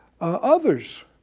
others